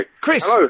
Chris